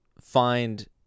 find